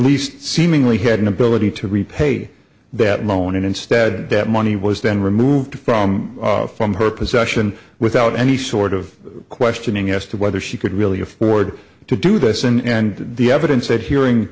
least seemingly had an ability to repay that loan and instead that money was then removed from from her possession without any sort of questioning as to whether she could really afford to do this and the evidence that hearing